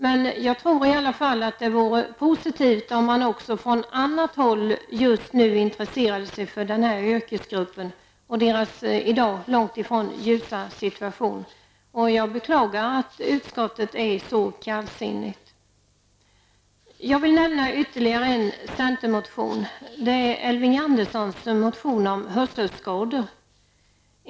Men jag tror i alla fall att det vore positivt om man också från annat håll just nu intresserade sig för den här yrkesgruppen och dess i dag långt ifrån ljusa situation. Jag beklagar att utskottet är så kallsinnigt. Jag vill nämna ytterligare en centermotion. Det är Elving Anderssons motion om hörselskador.